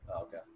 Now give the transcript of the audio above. Okay